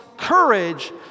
courage